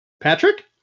patrick